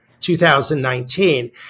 2019